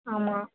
ஆமாம்